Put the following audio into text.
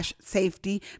safety